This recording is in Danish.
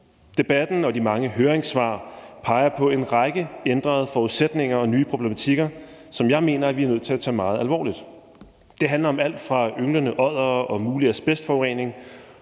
Debatten og de mange høringssvar peger på en række ændrede forudsætninger og nye problematikker, som jeg mener vi er nødt til at tage meget alvorligt. Det handler om alt fra ynglende oddere og mulig asbestforurening